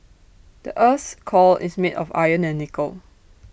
the Earth's core is made of iron and nickel